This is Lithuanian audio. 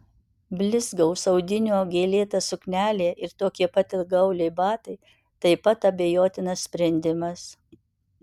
blizgaus audinio gėlėta suknelė ir tokie pat ilgaauliai batai taip pat abejotinas sprendimas